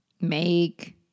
Make